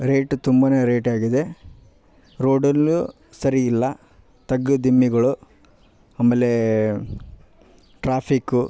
rate ತುಂಬಾ rate ಆಗಿದೆ ರೋಡಲ್ಲು ಸರಿಯಿಲ್ಲ ತಗ್ಗುದಿಮ್ಮಿಗಳು ಆಮೇಲೇ ಟ್ರಾಫಿಕು